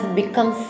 become